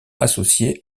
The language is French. associée